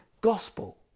gospel